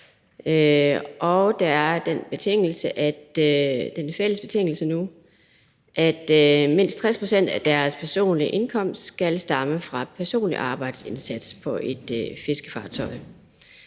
Der er den fælles betingelse nu, at mindst 60 pct. af deres personlige indkomst skal stamme fra personlig arbejdsindsats på et fiskefartøj.